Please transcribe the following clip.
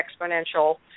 exponential